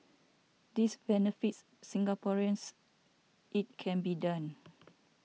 this benefits Singaporeans it can be done